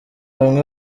bamwe